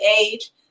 age